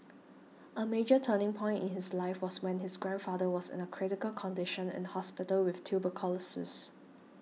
a major turning point in his life was when his grandfather was in a critical condition in hospital with tuberculosis